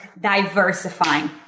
diversifying